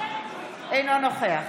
אינו נוכח